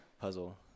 puzzle